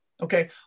okay